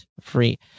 free